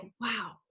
wow